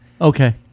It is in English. Okay